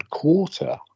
quarter